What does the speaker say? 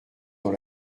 dans